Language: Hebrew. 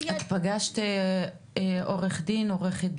את פגשת עורך דין או עורכת דין?